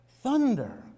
Thunder